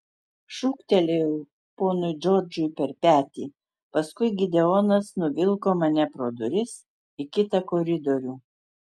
šūktelėjau ponui džordžui per petį paskui gideonas nuvilko mane pro duris į kitą koridorių